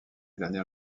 dernière